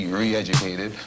re-educated